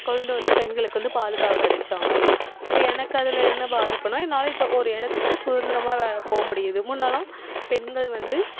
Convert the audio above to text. கொண்டு வந்து பெண்களுக்கு வந்து பாதுகாப்பு அடித்தாங்க இப்போ எனக்கு அதில் என்ன பாதிப்புனால் என்னால் இப்போ ஒரு இடத்துக்கு சுதந்திரமா வேலை போக முடியுது முன்னெல்லாம் பெண்கள் வந்து